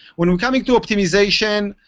when we're coming to optimization,